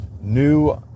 new